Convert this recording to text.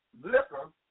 liquor